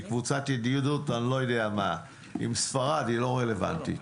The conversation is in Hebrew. כי קבוצת ידידות עם ספרד היא לא רלוונטית.